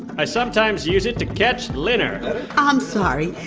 i sometimes use it to catch linner i'm sorry.